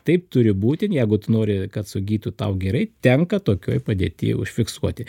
taip turi būti jeigu tu nori kad sugytų tau gerai tenka tokioj padėtyje užfiksuoti